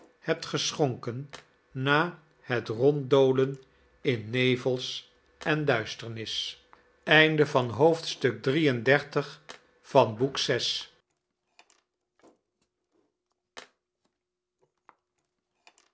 hebt geschonken na het ronddolen in nevel en duisternis